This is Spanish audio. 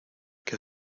que